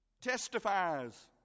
testifies